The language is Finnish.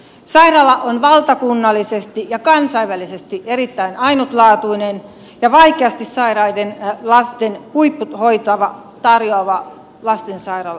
sairaala on valtakunnallisesti ja kansainvälisesti erittäin ainutlaatuinen ja vaikeasti sairaiden lasten huippuhoitoa tarjoava lastensairaala